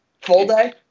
Full-day